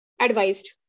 advised